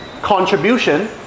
contribution